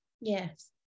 Yes